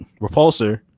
repulsor